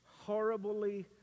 horribly